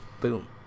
Boom